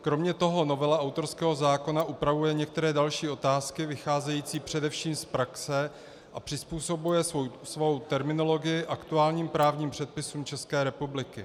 Kromě toho novela autorského zákona upravuje některé další otázky vycházející především z praxe a přizpůsobuje svou terminologii aktuálním právním předpisům České republiky.